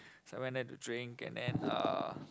so I went there drink and then uh